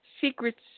secrets